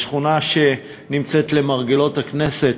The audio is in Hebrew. בשכונה שנמצאת למרגלות הכנסת,